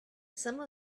some